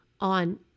on